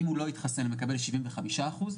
אם הוא לא התחסן הוא מקבל שבעים וחמישה אחוז,